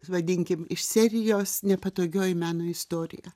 vadinkim iš serijos nepatogioji meno istorija